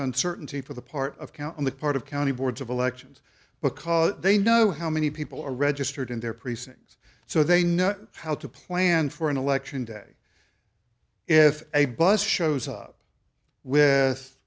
uncertainty for the part of count on the part of county boards of elections because they know how many people are registered in their precincts so they know how to plan for an election day if a bus shows up w